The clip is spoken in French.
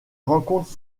rencontre